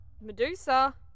Medusa